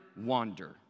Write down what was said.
Wander